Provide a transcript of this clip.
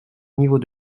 niveau